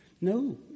No